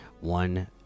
One